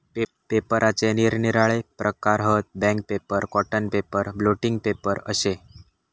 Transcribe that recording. पेपराचे निरनिराळे प्रकार हत, bank paper, cotton paper, blotting paper अशे